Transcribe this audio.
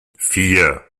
vier